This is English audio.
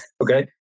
okay